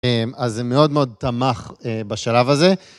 אז זה מאוד מאוד תמך בשלב הזה.